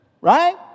right